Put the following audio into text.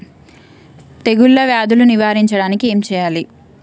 తెగుళ్ళ వ్యాధులు నివారించడానికి ఏం చేయాలి?